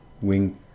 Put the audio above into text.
wing